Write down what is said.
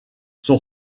son